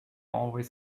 always